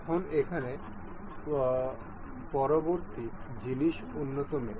এখন এখানে পরবর্তী জিনিস উন্নত মেট